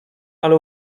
ale